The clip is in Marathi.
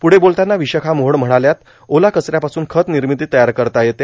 प्रढे बोलताना र्विशाखा मोहोड म्हणाल्या ओला कच यापासून खत र्नामती तयार करता येते